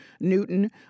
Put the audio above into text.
Newton